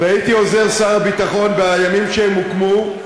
והייתי עוזר שר הביטחון בימים שהם הוקמו,